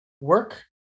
work